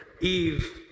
Eve